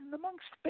amongst